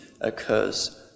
occurs